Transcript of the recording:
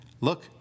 look